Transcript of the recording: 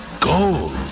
gold